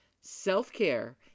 Self-care